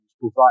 Provide